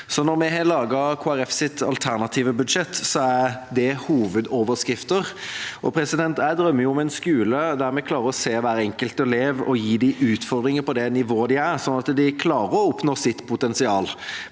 Kristelig Folkepartis alternative budsjett, er det hovedoverskrifter. Jeg drømmer om en skole der vi klarer å se hver enkelt elev og gi dem utfordringer på det nivået de er, slik at de klarer å oppnå sitt potensial.